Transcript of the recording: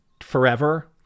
forever